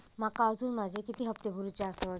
माका अजून माझे किती हप्ते भरूचे आसत?